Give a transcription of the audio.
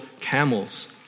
camels